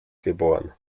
geboren